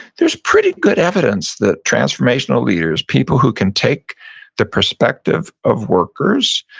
there's pretty good evidence that transformational leaders, people who can take the perspective of workers,